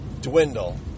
dwindle